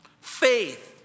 faith